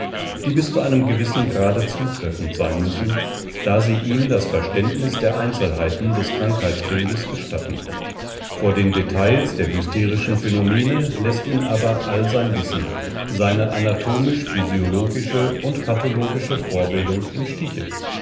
die bis zu einem gewissen grade zutreffend sein müssen da sie ihm das verständnis der einzelheiten des krankheitsbildes gestatten vor den details der hysterischen phänomene läßt ihn aber all sein wissen seine anatomisch physiologische und pathologische vorbildung im stiche